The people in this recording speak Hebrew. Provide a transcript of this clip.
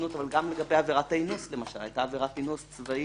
אחר כך, בעבירות מדרג נמוך יותר,